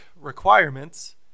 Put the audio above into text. requirements